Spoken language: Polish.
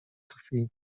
krwi